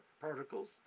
particles